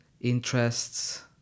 interests